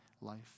life